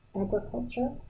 agriculture